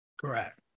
Correct